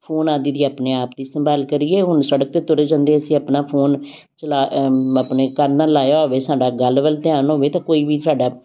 phone ਆਦਿ ਦੀ ਆਪਣੇ ਆਪ ਦੀ ਸੰਭਾਲ ਕਰੀਏ ਹੁਣ ਸੜਕ 'ਤੇ ਤੁਰੇ ਜਾਂਦੇ ਅਸੀਂ ਆਪਣਾ ਫੋਨ ਚਲਾ ਆਪਣੇ ਕੰਨ ਨਾਲ ਲਾਇਆ ਹੋਵੇ ਸਾਡਾ ਗੱਲ ਵੱਲ ਧਿਆਨ ਹੋਵੇ ਤਾਂ ਕੋਈ ਵੀ ਸਾਡਾ